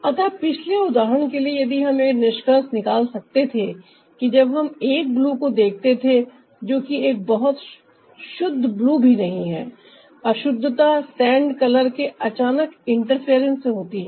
अतः पिछले उदाहरण के लिए यदि हम यह निष्कर्ष निकाल सकते थे कि जब हम एक ब्लू देखते थे जो कि एक बहुत शुद्ध ब्लू भी नहीं है अशुद्धता सैंड कलर के अचानक इंटरफेरेंस से होती है